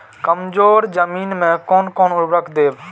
कमजोर जमीन में कोन कोन उर्वरक देब?